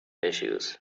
issues